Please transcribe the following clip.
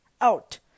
out